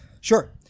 sure